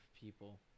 people